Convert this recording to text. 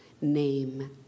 name